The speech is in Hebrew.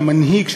המנהיג,